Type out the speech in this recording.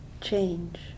change